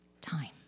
time